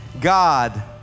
God